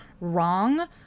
wrong